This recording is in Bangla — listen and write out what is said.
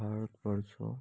ভারতবর্ষ